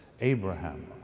Abraham